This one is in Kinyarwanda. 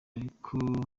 ariko